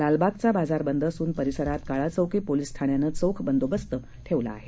लालबागचा बाजार बंद असून परिसरात काळाचौकी पोलीस ठाण्यानं चोख बंदोबस्त ठेवला आहे